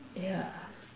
yeah